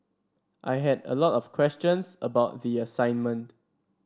I had a lot of questions about the assignment